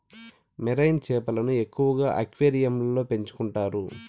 marine చేపలను ఎక్కువగా అక్వేరియంలలో పెంచుకుంటారు